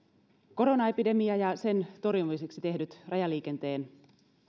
koronaepidemia ja sen torjumiseksi tehdyt rajaliikenteen